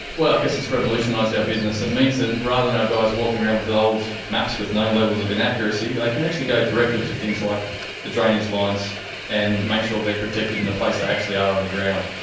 well, i guess it's revolutionised our business. it means that rather than our guys walking around with old maps with known levels of inaccuracy, they like can actually go directly to things like the drainage lines and make sure they're protected in the place they actually are on the ground.